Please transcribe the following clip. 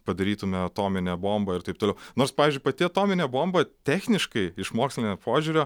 padarytume atominę bombą ir taip toliau nors pavyzdžiui pati atominė bomba techniškai iš mokslinio požiūrio